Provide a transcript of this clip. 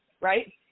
right